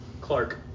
Clark